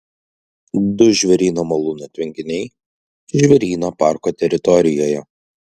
du žvėryno malūno tvenkiniai žvėryno parko teritorijoje